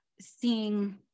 seeing